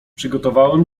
przygotowałem